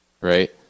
right